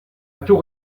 tour